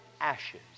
ashes